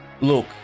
look